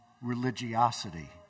religiosity